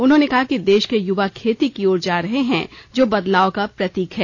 उन्होंने कहा कि देश के युवा खेती की ओर जा रहे हैं जो बदलाव का प्रतीक है